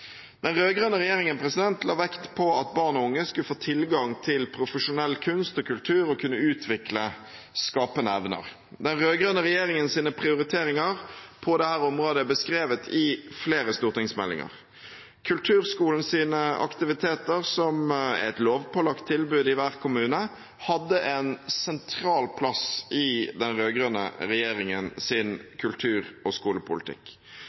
Den rød-grønne regjeringen la vekt på at barn og unge skulle få tilgang til profesjonell kunst og kultur og kunne utvikle skapende evner. Den rød-grønne regjeringens prioriteringer på dette området er beskrevet i flere stortingsmeldinger. Kulturskolens aktiviteter, som er et lovpålagt tilbud i hver kommune, hadde en sentral plass i den rød-grønne regjeringens kultur- og skolepolitikk.